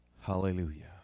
Hallelujah